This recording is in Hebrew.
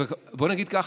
בואו נגיד ככה: